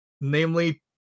Namely